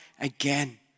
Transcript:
again